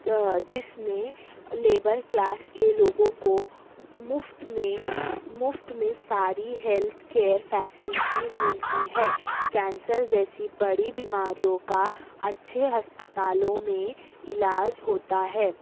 آ جس میں labour class کے لوگوں کو مفت میں مفت میں ساری ہیلتھ کیئر فیسیلٹی ملتی ہے کینسر جیسی بڑی بیماریوں کا اچھے ہسپتالوں میں علاج ہوتا ہے